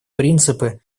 принципы